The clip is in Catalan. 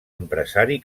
empresari